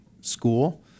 school